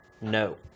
No